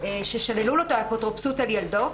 ששללו לו את האפוטרופסות על ילדו,